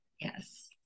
Yes